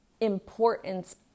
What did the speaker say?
importance